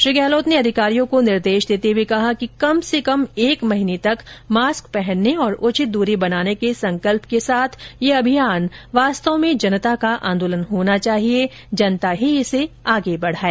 श्री गहलोत ने अधिकारियों को निर्देश देते हुए कहा कि कम से कम एक महीने तक मास्क पहनने और उचित दूरी बनाने के संकल्प के साथ यह अभियान वास्तव में जनता का आंदोलन होना चाहिए जनता ही इसे आगे बढ़ाए